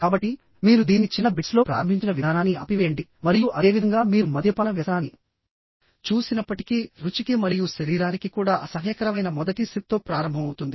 కాబట్టి మీరు దీన్ని చిన్న బిట్స్లో ప్రారంభించిన విధానాన్ని ఆపివేయండి మరియు అదే విధంగా మీరు మద్యపాన వ్యసనాన్ని చూసినప్పటికీ రుచికి మరియు శరీరానికి కూడా అసహ్యకరమైన మొదటి సిప్తో ప్రారంభమవుతుంది